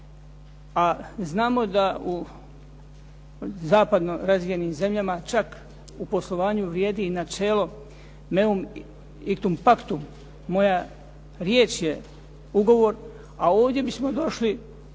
a znamo da u zapadno razvijenim zemljama čak u poslovanju vrijedi načelo meum iktumpaktum, moja riječ je ugovor, a ovdje bismo došli